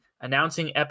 announcing